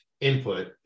Input